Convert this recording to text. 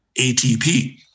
ATP